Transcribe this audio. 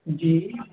जी